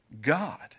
God